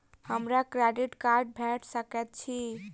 हमरा credit card भेट सकैत अछि?